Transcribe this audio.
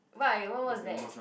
why what was that